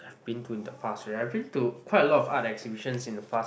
been to in the past already I've been to quite a lot of art exhibitions in the past